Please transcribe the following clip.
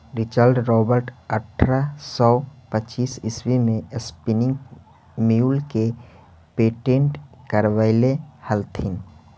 Richard Robert अट्ठरह सौ पच्चीस ईस्वी में स्पीनिंग म्यूल के पेटेंट करवैले हलथिन